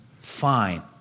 Fine